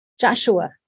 Joshua